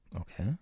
Okay